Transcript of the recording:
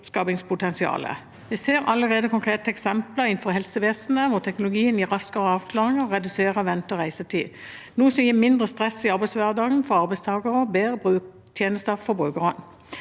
Vi ser allerede konkrete eksempler i helsevesenet hvor teknologien gir raskere avklaringer og reduserer vente- og reisetid, noe som gir mindre stress i arbeidshverdagen for arbeidstakere og bedre tjenester for brukerne.